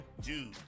Dude